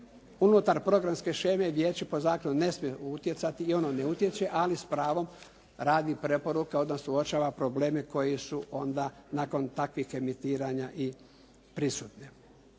unutar programske sheme vijeće po zakonu ne smije utjecati i ono ne utječe ali s pravom radi preporuke odnosno uočava probleme koji su onda nakon takvih emitiranja i prisutni.